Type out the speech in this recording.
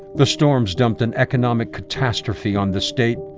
the storms dumped an economic catastrophe on the state,